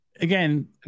again